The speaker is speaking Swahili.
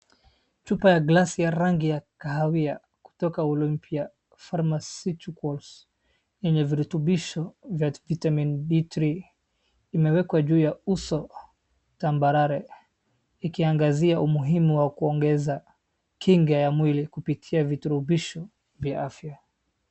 Chupa ya glasi ya rangi ya kahawia kutoka Olympia Phamaceuticals yenye virutubisho za [cd] Vitamin D3 imewekwa juu ya uso tambarare ikiangazia umuhimu wa kuongezea kinga ya mwili kutumia viturubisho vya afya.